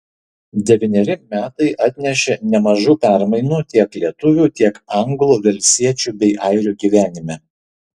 devyneri metai atnešė nemažų permainų tiek lietuvių tiek anglų velsiečių bei airių gyvenime